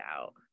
out